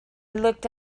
looked